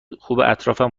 اطرافم